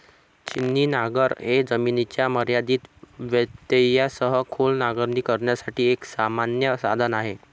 छिन्नी नांगर हे जमिनीच्या मर्यादित व्यत्ययासह खोल नांगरणी करण्यासाठी एक सामान्य साधन आहे